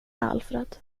alfred